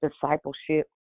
Discipleship